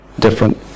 different